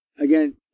Again